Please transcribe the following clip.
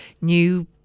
new